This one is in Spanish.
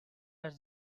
las